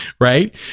Right